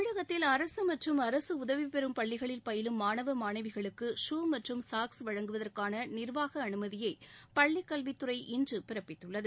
தமிழகத்தில் அரசு மற்றும் அரசு உதவிபெறும் பள்ளிகளில் பயிலும் மாணவ மாணவிகளுக்கு ஷூ மற்றும் சாக்ஸ் வழங்குவதற்கான நிர்வாக அனுமதியை பள்ளிக்கல்வித்துறை இன்று பிறப்பித்துள்ளது